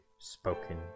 spoken